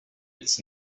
it’s